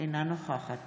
אינה נוכחת